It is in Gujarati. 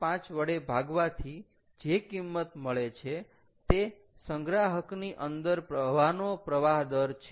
5 વડે ભાગવાથી જે કિંમત મળે છે તે સંગ્રાહકની અંદર હવાનો પ્રવાહ દર છે